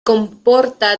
comporta